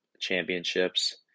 championships